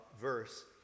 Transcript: verse